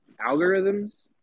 algorithms